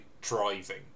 driving